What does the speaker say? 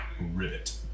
rivet